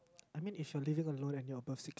I mean if you are living alone and you are above six~